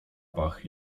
pach